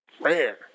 Rare